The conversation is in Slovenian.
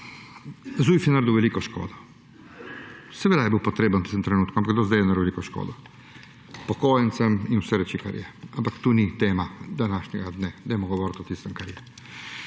Zujf je naredil veliko škodo. Seveda je bil potreben v tistem trenutku, ampak do zdaj je naredil veliko škodo upokojencem in vse reči, kar je. Ampak to ni tema današnjega dne, dajmo govoriti o tistem, kar je